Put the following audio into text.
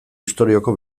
istorioko